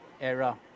era